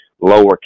lower